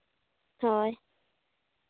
ᱦᱳᱭ